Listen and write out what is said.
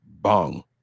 Bong